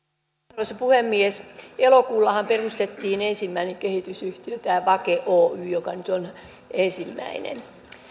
arvoisa puhemies elokuullahan perustettiin ensimmäinen kehitysyhtiö tämä vake oy joka nyt on ensimmäinen